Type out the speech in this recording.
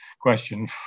question